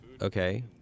Okay